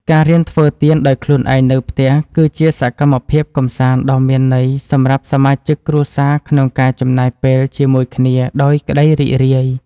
ការរៀនធ្វើទៀនដោយខ្លួនឯងនៅផ្ទះ គឺជាសកម្មភាពកម្សាន្តដ៏មានន័យសម្រាប់សមាជិកគ្រួសារក្នុងការចំណាយពេលជាមួយគ្នាដោយក្ដីរីករាយ។